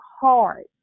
hard